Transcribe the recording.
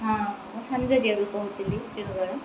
ହଁ ମୁଁ ସଂଯ୍ୟାଗରୁ କହୁଥିଲି ପିରୁବେଳ